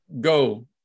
Go